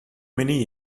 many